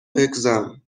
hexham